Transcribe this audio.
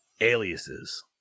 aliases